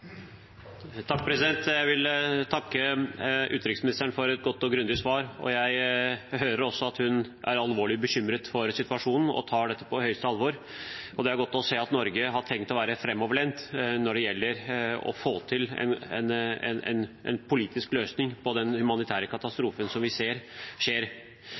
Jeg vil takke utenriksministeren for et godt og grundig svar, og jeg hører også at hun er alvorlig bekymret for situasjonen og tar dette på høyeste alvor. Det er godt å se at Norge har tenkt å være framoverlent for å få til en politisk løsning på den humanitære katastrofen som vi ser skjer.